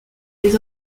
les